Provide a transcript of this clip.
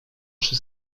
przy